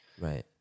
Right